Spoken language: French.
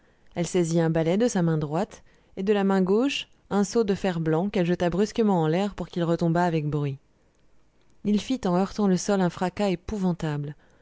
elle saisit un balai de sa main droite et de la main gauche un seau de fer-blanc qu'elle jeta brusquement en l'air pour qu'il retombât avec bruit il fit en heurtant le sol un fracas épouvantable